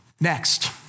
Next